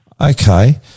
Okay